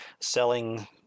selling